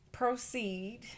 Proceed